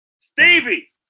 Stevie